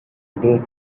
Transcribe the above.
date